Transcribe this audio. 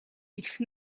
хэлэх